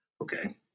Okay